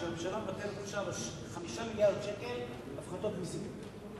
כשהממשלה מוותרת עכשיו על 5 מיליארדי שקל הפחתות מסים.